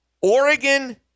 Oregon